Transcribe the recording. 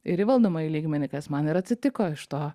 ir į valdomąjį lygmenį kas man ir atsitiko iš to